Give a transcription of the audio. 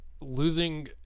losing –